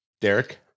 Derek